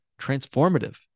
transformative